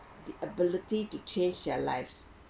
the ability to change their lives